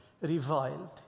reviled